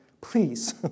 please